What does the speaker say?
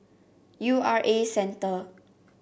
U R A Centre